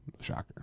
Shocker